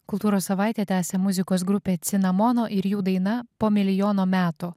kultūros savaitę tęsia muzikos grupė cinamono ir jų daina po milijono metų